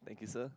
thank you sir